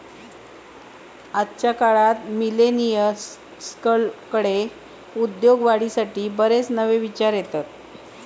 आजच्या काळात मिलेनियल्सकडे उद्योगवाढीसाठी बरेच नवे विचार येतत